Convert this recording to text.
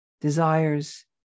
desires